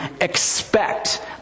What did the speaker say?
expect